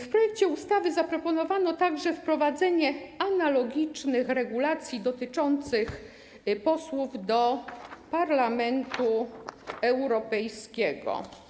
W projekcie ustawy zaproponowano także wprowadzenie analogicznych regulacji dotyczących posłów do Parlamentu Europejskiego.